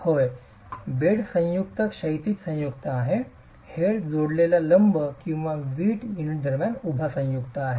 होय बेड संयुक्त क्षैतिज संयुक्त आहे हेड जोडलेला लंब किंवा वीट युनिट दरम्यान उभ्या संयुक्त आहे